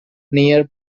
near